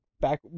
back